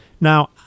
Now